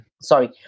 Sorry